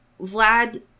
Vlad